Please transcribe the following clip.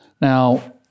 Now